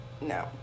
no